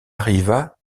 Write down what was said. arriva